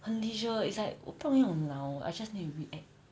很 leisure it's like 我不用用脑 I just need to react